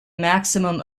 maximum